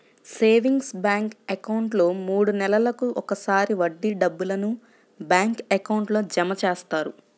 savings bank అకౌంట్లో మూడు నెలలకు ఒకసారి వడ్డీ డబ్బులను బ్యాంక్ అకౌంట్లో జమ చేస్తారు